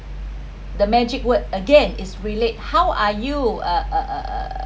the magic word again is relate how are you err